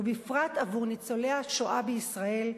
ובפרט עבור ניצולי השואה בישראל,